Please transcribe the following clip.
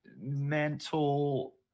mental